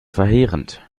verheerend